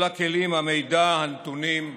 כל הכלים, המידע, הנתונים,